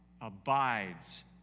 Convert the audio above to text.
abides